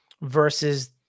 versus